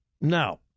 Now